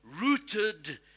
rooted